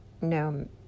no